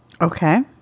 Okay